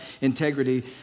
integrity